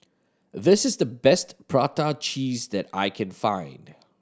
this is the best prata cheese that I can find